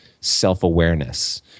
self-awareness